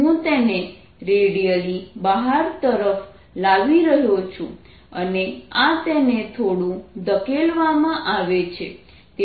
હું તેને રેડિયલી બહારની તરફ લાવી રહ્યો છું અને આ તેને થોડું ધકેલવામાં આવે છે